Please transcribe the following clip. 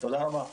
תודה רבה.